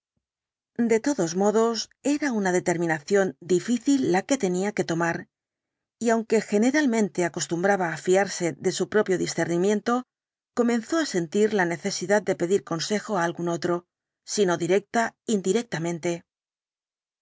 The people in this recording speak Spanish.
de todos modos era incidente de la carta una determinación difícil la que tenía que tomar y aunque generalmente acostumbraba á fiarse de su propio discernimiento comenzó á sentir la necesidad de pedir consejo á algún otro si no directa indirectamente